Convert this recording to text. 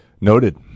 Noted